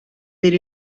per